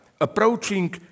approaching